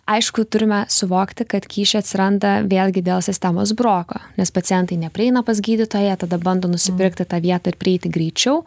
aišku turime suvokti kad kyšiai atsiranda vėlgi dėl sistemos broko nes pacientai neprieina pas gydytoją tada bando nusipirkti tą vietą ir prieiti greičiau